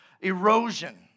erosion